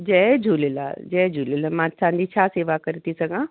जय झूलेलाल जय झूलेलाल मां तव्हांजी छा सेवा करे थी सघां